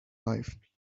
life